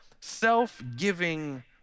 self-giving